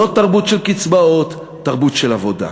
לא תרבות של קצבאות, תרבות של עבודה.